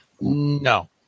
no